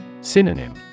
Synonym